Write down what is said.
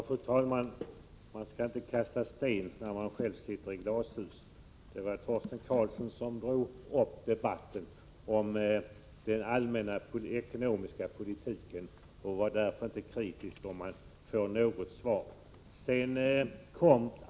Fru talman! Man skall inte kasta sten när man sitter i glashus. Det var Torsten Karlsson själv som drog upp debatten om den allmänna ekonomiska politiken. Han skall därför inte vara kritisk om han får svar.